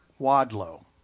Wadlow